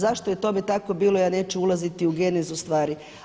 Zašto je tome tako bilo ja neću ulaziti u genezu stvari.